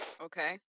okay